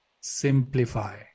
Simplify